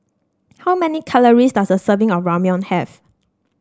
how many calories does a serving of Ramyeon have